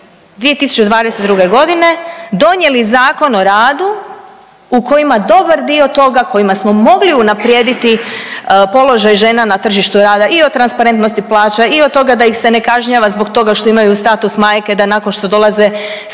2022. g. donijeli Zakon o radu u kojima dobar dio toga kojima smo mogli unaprijediti položaj žena na tržištu rada i o transparentnosti plaće i od toga da ih se ne kažnjava zbog toga što imaju status majke, da nakon što dolaze s